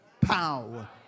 power